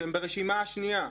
שהם ברשימה השנייה.